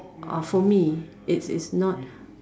uh for me it's it's not